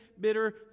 bitter